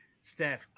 Steph